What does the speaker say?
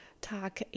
talk